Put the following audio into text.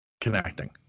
connecting